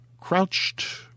crouched